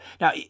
Now